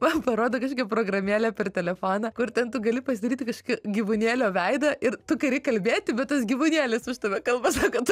man parodo kažkokią programėlę per telefoną kur ten tu gali pasidaryti kažkokį gyvūnėlio veidą ir tu gali kalbėti bet tas gyvūnėlis už tave kalba sako tu